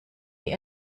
die